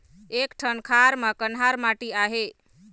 एक ठन खार म कन्हार माटी आहे?